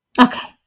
Okay